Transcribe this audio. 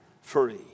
free